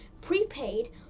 prepaid